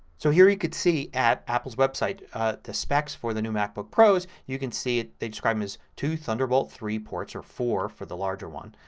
so here you can see at apple's website the specs for the new macbook pros. you can see they describe them as two thunderbolt three ports, or four for the larger one,